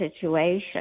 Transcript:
situation